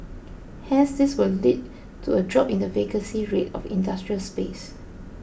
hence this would lead to a drop in the vacancy rate of industrial space